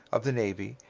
of the navy,